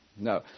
No